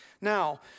Now